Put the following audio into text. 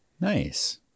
nice